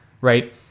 right